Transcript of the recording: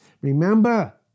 Remember